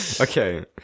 Okay